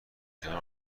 کنار